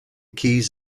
keys